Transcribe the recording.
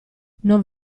non